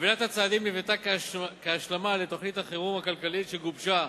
חבילת הצעדים נבנתה כהשלמה לתוכנית החירום הכלכלית שגובשה